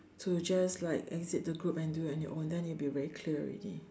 to just like exit the group and do it on your own then it will be very clear already